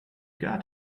got